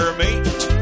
mate